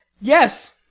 Yes